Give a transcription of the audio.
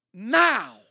Now